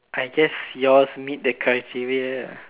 I guess yours meet the criteria lah